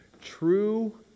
true